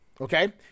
Okay